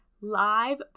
live